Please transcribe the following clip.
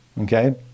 okay